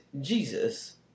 Jesus